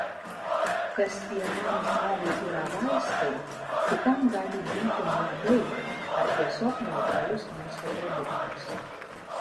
kas vienam žmogui yra vaistai kitam gali būti nuodai ar tiesiog neutralus maisto produktas